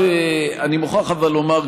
אבל אני מוכרח לומר,